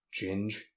Ginge